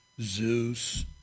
Zeus